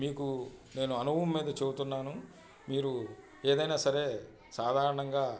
మీకు నేను అనుభవం మీద చెబుతున్నాను మీరు ఏదైనా సరే సాధారణంగా